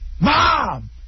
mom